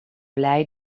blij